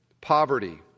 poverty